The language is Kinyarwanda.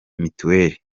mitiweri